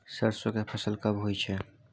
सरसो के फसल कब होय छै?